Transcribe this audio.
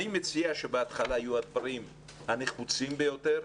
אני מציע שבהתחלה יהיו הדברים הנחוצים ביותר,